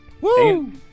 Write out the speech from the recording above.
Woo